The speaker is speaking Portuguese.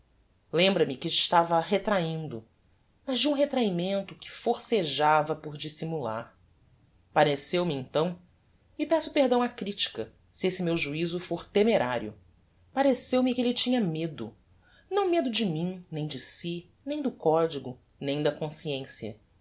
lembra-me que estava retraindo mas de um retrahimento que forcejava por dissimular pareceu-me então e peço perdão á critica se este meu juizo fôr temerário pareceu-me que elle tinha medo não medo de mim nem de si nem do codigo nem da consciencia